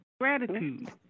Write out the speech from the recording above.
Gratitude